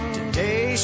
Today